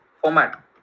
format